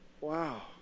wow